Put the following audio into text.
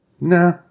Nah